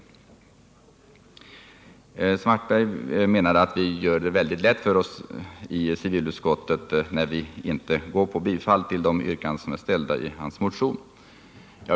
Karl-Erik Svartberg menar att vi gör det lätt för oss i civilutskottet när vi inte tillstyrker de yrkanden som ställts i hans motion.